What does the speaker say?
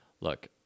look